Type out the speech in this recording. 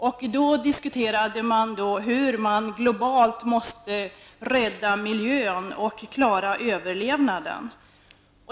Där diskuterades hur man globalt kan rädda miljön och klara överlevnaden.